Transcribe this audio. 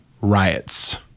riots